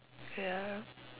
ya